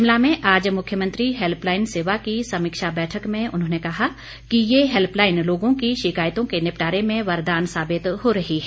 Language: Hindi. शिमला में आज मुख्यमंत्री हैल्पलाईन सेवा की समीक्षा बैठक में उन्होंने कहा कि ये हैल्पलाईन लोगों की शिकायतों के निपटारे मे वरदान साबित हो रही है